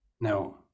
Now